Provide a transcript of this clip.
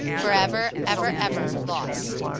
forever, ever, ever lost!